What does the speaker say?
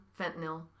fentanyl